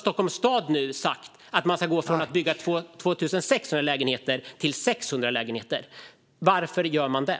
Stockholms stad har nu sagt att man ska gå från att bygga 2 600 lägenheter till att bygga 600 lägenheter. Varför gör man det?